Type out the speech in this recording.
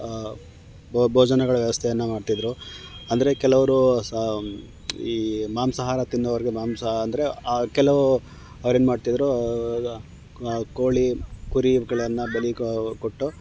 ಬೋ ಭೋಜನಗಳ ವ್ಯವಸ್ಥೆಯನ್ನು ಮಾಡ್ತಿದ್ದರು ಅಂದರೆ ಕೆಲವರು ಸಹ ಈ ಮಾಂಸಹಾರ ತಿನ್ನೋರಿಗೆ ಮಾಂಸ ಅಂದರೆ ಆರು ಕೆಲವು ಅವರು ಏನು ಮಾಡ್ತಿದ್ದರು ಕೋಳಿ ಕುರಿಗಳನ್ನು ಬಲಿ ಕಾ ಕೊಟ್ಟು